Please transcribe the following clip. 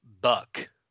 buck